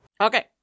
Okay